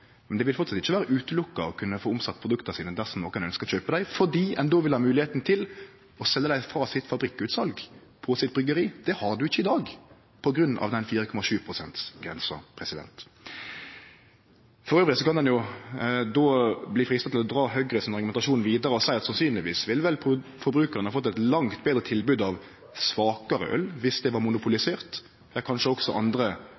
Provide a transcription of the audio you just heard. men det vil framleis ikkje vere umogleg å kunne få omsett produkta sine dersom nokon ønskjer å kjøpe dei, fordi ein då ville ha moglegheita til å selje dei frå fabrikkutsalet sitt, frå bryggeriet sitt – det har ein ikkje i dag på grunn av den 4,7 pst.-grensa. Elles kan ein bli freista til å dra Høgre sin argumentasjon vidare og seie at sannsynlegvis ville vel forbrukaren ha fått eit langt betre tilbod av svakare øl om det var monopolisert – og kanskje også andre